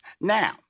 Now